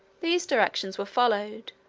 these directions were followed.